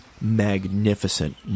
magnificent